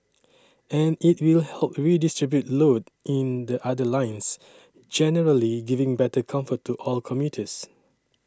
and it will help redistribute load in the other lines generally giving better comfort to all commuters